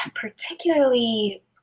particularly